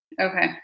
Okay